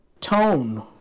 tone